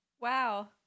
wow